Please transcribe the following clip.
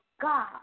God